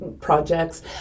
projects